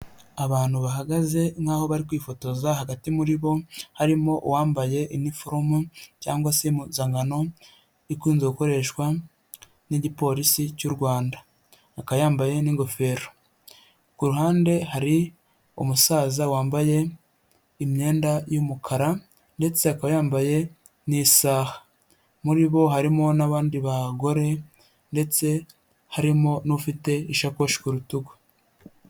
Abantu bahagaze nk'aho bari kwifotoza, hagati muri bo harimo uwambaye iniforomo cyangwa se impuzankano ikunze gukoreshwa n'igipolisi cy'u Rwanda, akaba yambaye n'ingofero, ku ruhande hari umusaza wambaye imyenda y'umukara ndetse akaba yambaye n'isaha, muri bo harimo n'abandi bagore ndetse harimo n'ufite ishakoshi ku rutugu.